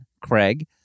Craig